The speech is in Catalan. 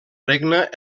regne